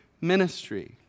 ministry